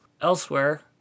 Elsewhere